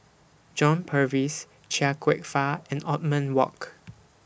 John Purvis Chia Kwek Fah and Othman Wok